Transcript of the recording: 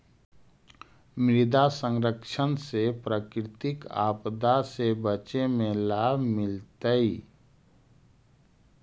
मृदा संरक्षण से प्राकृतिक आपदा से बचे में लाभ मिलतइ